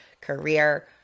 career